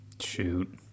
Shoot